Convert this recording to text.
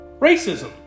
racism